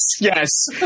Yes